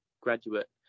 graduate